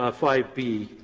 ah five b.